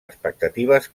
expectatives